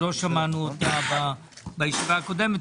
לא שמענו אותה בישיבה הקודמת.